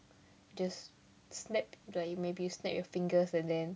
just snapped maybe you snap your fingers and then